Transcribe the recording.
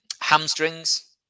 hamstrings